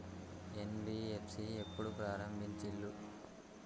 NBFC ఎప్పుడు ప్రారంభించిల్లు?